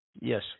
Yes